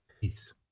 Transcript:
peace